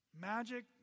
Magic